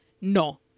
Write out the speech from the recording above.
no